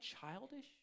childish